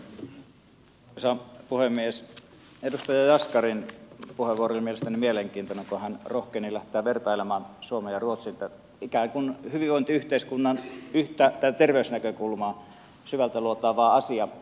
edustaja jaskarin puheenvuoro oli mielestäni mielenkiintoinen kun hän rohkeni lähteä vertailemaan suomen ja ruotsin ikään kuin hyvinvointiyhteiskunnan terveysnäkökulmaa syvältä luotaava asia